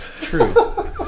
True